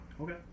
Okay